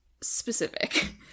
specific